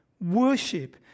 Worship